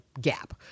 gap